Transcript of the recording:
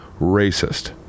racist